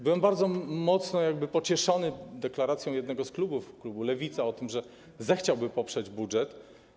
Byłem bardzo mocno pocieszony deklaracją jednego z klubów, klubu Lewica, że zechciałby poprzeć budżet.